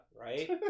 right